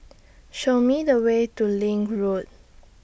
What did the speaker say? Show Me The Way to LINK Road